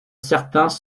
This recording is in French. certains